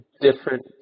different